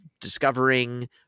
discovering